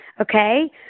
Okay